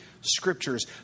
scriptures